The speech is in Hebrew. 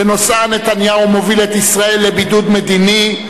ונושאה: נתניהו מוביל את ישראל לבידוד מדיני.